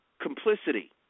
complicity